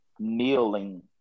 Kneeling